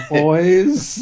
boys